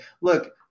Look